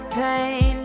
pain